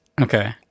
Okay